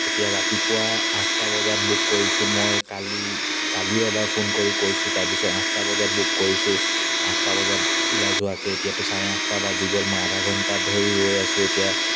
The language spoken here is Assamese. এতিয়া ৰাতিপুৱা আঠটা বজাত বুক কৰিছোঁ মই কালি কালিও এবাৰ ফোন কৰি কৈছোঁ তাৰপিছত আঠটা বজাত বুক কৰিছোঁ আঠটা বজাত ওলাই যোৱাকৈ এতিয়াতো চাৰে আঠটা বাজি গ'ল মই আধা ঘণ্টা ধৰি ৰৈ আছোঁ এতিয়া